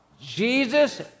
Jesus